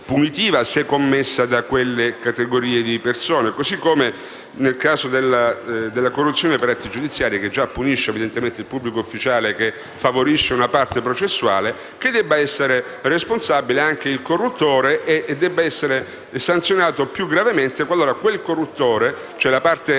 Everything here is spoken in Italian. se commessa da certe categorie di persone. Così come, nel caso della corruzione per atti giudiziari, che già punisce il pubblico ufficiale che favorisce una parte processuale, riteniamo che debba essere responsabile anche il corruttore e debba essere sanzionato più gravemente qualora quel corruttore, cioè la parte attiva